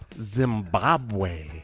Zimbabwe